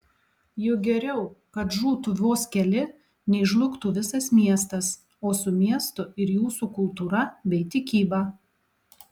juk geriau kad žūtų vos keli nei žlugtų visas miestas o su miestu ir jūsų kultūra bei tikyba